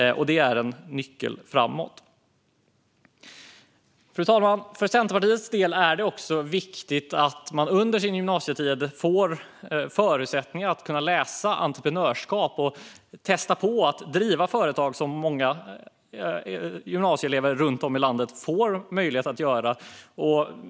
Detta är en nyckel framåt. Fru talman! För Centerpartiets del är det också viktigt att man under sin gymnasietid får förutsättningar att läsa entreprenörskap och prova på att driva företag, som många gymnasieelever runt om i landet får möjlighet att göra.